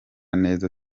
neza